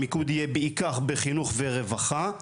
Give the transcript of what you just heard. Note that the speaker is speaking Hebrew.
המיקוד יהיה בעיקר בחינוך ורווחה,